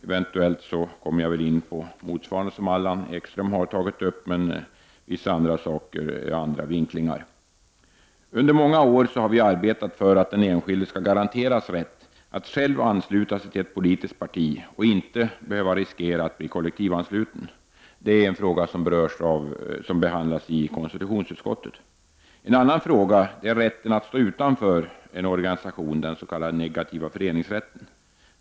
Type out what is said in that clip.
Eventuellt kommer jag in på en del av det som Allan Ekström har tagit upp men då med andra vinklingar. Under många år har vi arbetat för att den enskilde skall garanteras rätt att själv ansluta sig till ett politiskt parti och inte behöva riskera att bli kollektivansluten. Det är en fråga som behandlas i konstitutionsutskottet. En annan fråga är rätten att stå utanför en organisation, den s.k. negativa föreningsrätten.